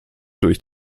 durch